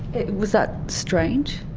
was that strange?